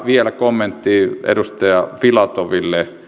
vielä kommentti edustaja filatoville